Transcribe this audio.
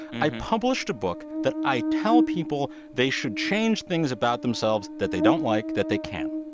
i published a book that i tell people they should change things about themselves that they don't like that they can.